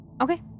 Okay